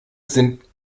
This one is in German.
sind